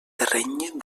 terreny